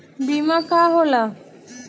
बीमा का होला?